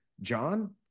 John